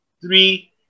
three